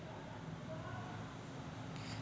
पीक घरामंदी विकावं की बाजारामंदी?